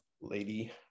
Lady